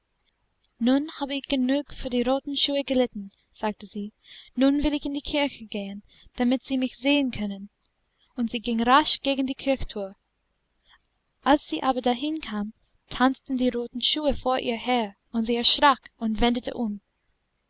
nun habe ich genug für die roten schuhe gelitten sagte sie nun will ich in die kirche gehen damit sie mich sehen können und sie ging rasch gegen die kirchthür als sie aber dahinkam tanzten die roten schuhe vor ihr her und sie erschrak und wendete um